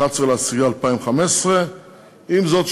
11 באוקטובר 2015. עם זאת,